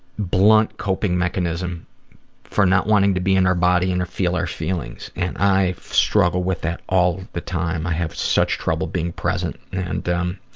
blunt coping mechanism for not wanting to be in our body and feel our feelings and i struggle with that all the time, i have such trouble being present and, um